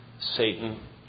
Satan